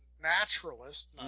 naturalist